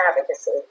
advocacy